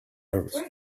nervous